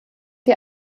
die